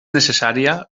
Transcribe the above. necessària